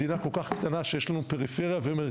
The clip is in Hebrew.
שהיא מדינה קטנה כל כך ישראל עם פריפריה ומרכז,